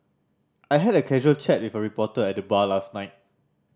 I had a casual chat with a reporter at the bar last night